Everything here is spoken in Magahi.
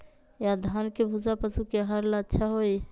या धान के भूसा पशु के आहार ला अच्छा होई?